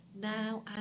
now